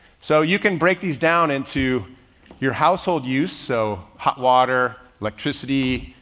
so you can break these down into your household use. so hot water, electricity,